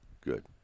Good